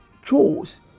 Chose